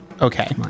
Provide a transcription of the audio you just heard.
Okay